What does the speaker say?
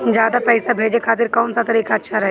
ज्यादा पईसा भेजे खातिर कौन सा तरीका अच्छा रही?